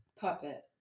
puppet